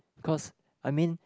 cause I mean